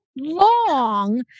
long